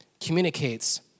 communicates